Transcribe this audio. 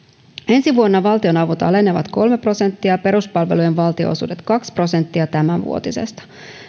ensi vuonna valtionavut alenevat kolme prosenttia peruspalveluiden valtionosuudet kaksi prosenttia tämänvuotisesta